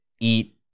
eat